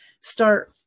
start